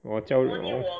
我叫 w~